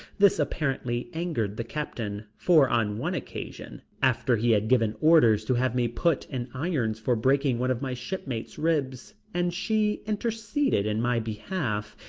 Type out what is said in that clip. this apparently angered the captain, for on one occasion, after he had given orders to have me put in irons for breaking one of my shipmate's ribs, and she interceded in my behalf,